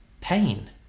pain